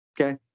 Okay